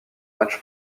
match